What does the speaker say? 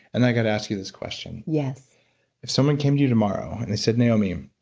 and i got to ask you this question yes if someone came to you tomorrow and they said, naomi,